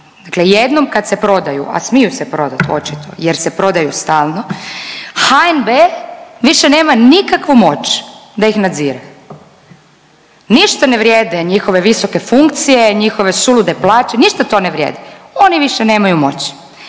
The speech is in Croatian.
dakle jednom kad se prodaju, a smiju se prodati očito jer se prodaju stalno, HNB više nema nikakvu moć da ih nadzire, ništa ne vrijede njihove visoke funkcije, njihove sulude plaće, ništa to ne vrijedi. Oni više nemaju moć,